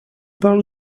parlent